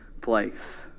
place